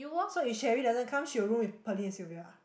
so if Sherry doesn't come she'll room with Pearlyn and Sylvia ah